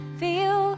feel